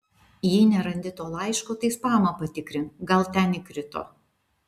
jei nerandi to laiško tai spamą patikrink gal ten įkrito